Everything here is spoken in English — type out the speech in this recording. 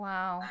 Wow